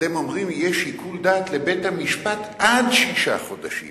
אתם אומרים: יהיה שיקול-דעת לבית-המשפט עד שישה חודשים.